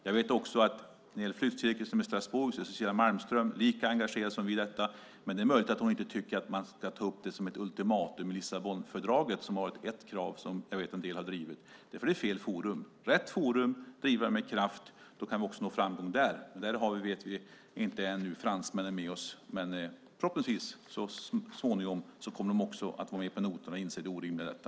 Jag vet också att när det gäller flyttcirkusen i Strasbourg är Cecilia Malmström lika engagerad som vi är, men det är möjligt att hon inte tycker att man ska ta upp det som ett ultimatum i Lissabonfördraget, som jag vet att en del har drivit. Det är fel forum. Om man driver det i rätt forum och med kraft kan vi nå framgång. Vi vet att vi ännu inte har fransmännen med oss där, men förhoppningsvis kommer de så småningom också att vara med på noterna och inse det orimliga i detta.